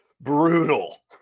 brutal